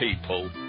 people